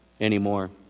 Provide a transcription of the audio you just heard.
anymore